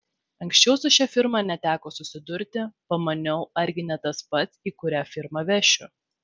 anksčiau su šia firma neteko susidurti pamaniau argi ne tas pats į kurią firmą vešiu